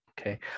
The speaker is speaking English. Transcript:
okay